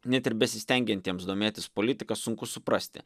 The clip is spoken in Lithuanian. net ir besistengiantiems domėtis politika sunku suprasti